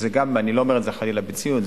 אני לא אומר את זה חלילה בציניות.